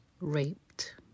raped